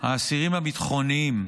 האסירים הביטחוניים,